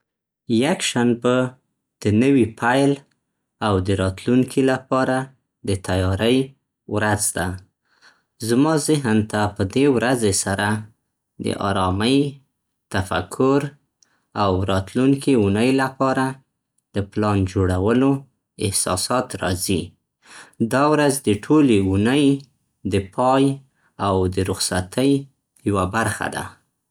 یکشنبه د نوي پیل او د راتلونکي لپاره د تیارۍ ورځ ده. زما ذهن ته په دې ورځې سره د ارامۍ، تفکر او راتلونکې اونۍ لپاره د پلان جوړولو احساسات راځي. دا ورځ د ټولې اونۍ د پای او د رخصتۍ یوه برخه ده.